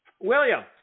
William